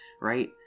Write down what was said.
right